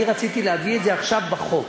אני רציתי להביא את זה עכשיו בחוק.